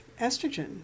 estrogen